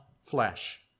flesh